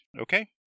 Okay